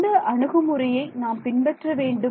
எந்த அணுகுமுறையை நாம் பின்பற்ற வேண்டும்